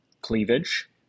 cleavage